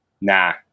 Nah